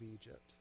Egypt